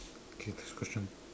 okay next question